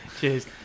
Cheers